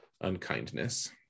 unkindness